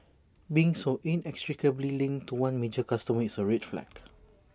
being so inextricably linked to one major customer is A red flag